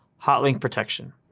hotlink protection.